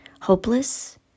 hopeless